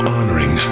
Honoring